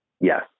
Yes